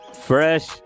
fresh